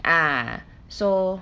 ah so